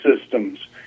systems